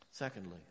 Secondly